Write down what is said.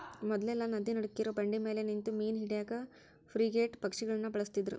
ಮೊದ್ಲೆಲ್ಲಾ ನದಿ ನಡಕ್ಕಿರೋ ಬಂಡಿಮ್ಯಾಲೆ ನಿಂತು ಮೇನಾ ಹಿಡ್ಯಾಕ ಫ್ರಿಗೇಟ್ ಪಕ್ಷಿಗಳನ್ನ ಬಳಸ್ತಿದ್ರು